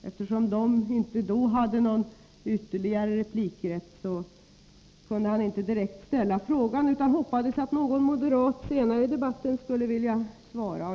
Eftersom de inte hade någon ytterligare replikrätt då, kunde han inte ställa frågan direkt utan hoppades att någon moderat senare i debatten skulle vilja svara.